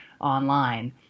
online